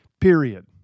Period